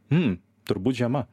m turbūt žiema